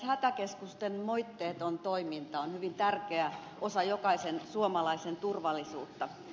hätäkeskusten moitteeton toiminta on hyvin tärkeä osa jokaisen suomalaisen turvallisuutta